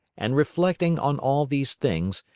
and reflecting on all these things,